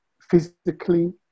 physically